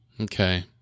Okay